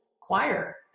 choir